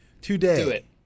today